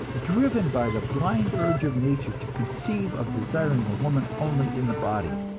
driven by the blind urge of nature, to conceive of desiring a woman only in the body,